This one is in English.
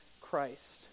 Christ